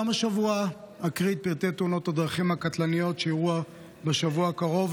גם השבוע אקריא את פרטי תאונות הדרכים הקטלניות שאירעו בשבוע האחרון.